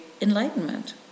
enlightenment